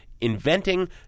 inventing